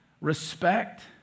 respect